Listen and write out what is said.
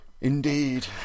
Indeed